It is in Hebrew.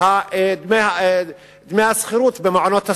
דמי השכירות במעונות הסטודנטים.